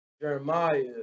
Jeremiah